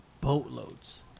boatloads